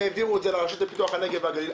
הם העבירו את זה לרשות לפיתוח הנגב והגליל.